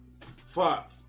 Fuck